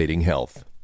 health